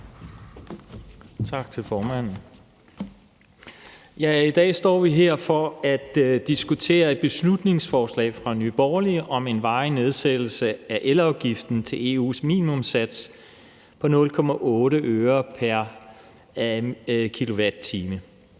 I dag står vi her for at diskutere et beslutningsforslag fra Nye Borgerlige om en varig nedsættelse af elafgiften til EU's minimumssats på 0,8 øre pr. kWh.